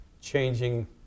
changing